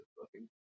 looking